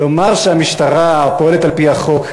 לומר שהמשטרה פועלת על-פי החוק,